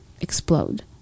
explode